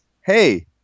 hey